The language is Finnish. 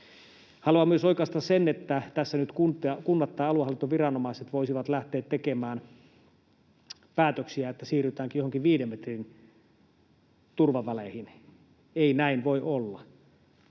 Haluan myös oikaista sen, että tässä nyt kunnat tai aluehallintoviranomaiset voisivat lähteä tekemään päätöksiä siitä, että siirrytäänkin joihinkin 5 metrin turvaväleihin — ei näin voi olla.